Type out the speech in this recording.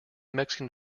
mexican